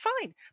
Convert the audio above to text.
fine